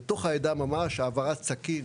העדה ממש, העברת סכין